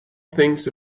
things